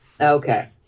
Okay